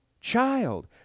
Child